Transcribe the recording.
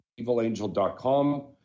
evilangel.com